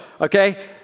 okay